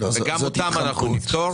וגם אותם אנחנו נפתור,